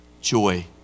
Joy